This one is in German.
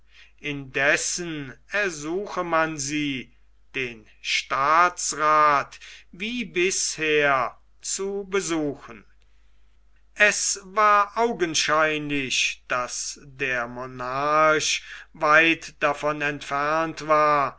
indessen ersuche man sie den staatsrath wie bisher zu besuchen es war augenscheinlich daß der monarch weit davon entfernt war